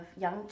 young